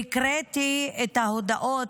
והקראתי את ההודעות,